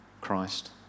Christ